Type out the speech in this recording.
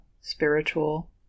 spiritual